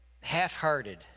half-hearted